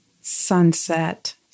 sunset